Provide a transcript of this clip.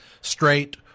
straight